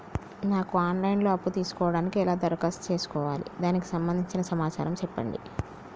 నాకు online లో అప్పు తీసుకోవడానికి ఎలా దరఖాస్తు చేసుకోవాలి దానికి సంబంధించిన సమాచారం చెప్పండి?